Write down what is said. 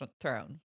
throne